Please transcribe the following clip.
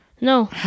No